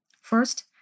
First